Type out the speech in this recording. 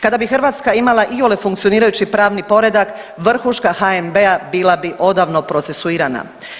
Kada bi Hrvatska imala iole funkcionirajući pravni poredak vrhuška HNB-a bila bi odavno procesuirana.